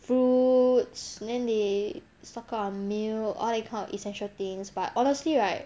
fruits then they stock up on milk all that kind of essential things but honestly right